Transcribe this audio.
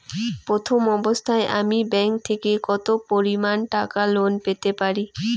প্রথম অবস্থায় আমি ব্যাংক থেকে কত পরিমান টাকা লোন পেতে পারি?